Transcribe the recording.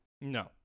no